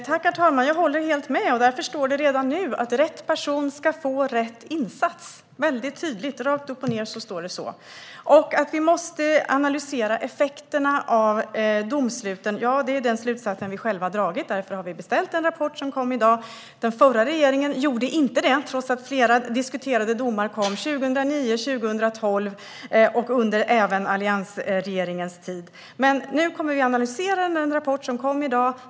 Herr talman! Jag håller helt med. Därför står det redan nu att rätt person ska få rätt insats. Väldigt tydligt, rakt upp och ned, står det så. Vi måste analysera effekterna av domsluten. Det är den slutsats vi själva har dragit, och därefter har vi beställt den rapport som kom i dag. Den förra regeringen gjorde inte det trots att flera diskuterade domar kom 2009, 2012 och även under alliansregeringens tid. Nu kommer vi att analysera den rapport som kom i dag.